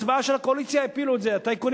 בהצבעה של הקואליציה הפילו את זה והטייקונים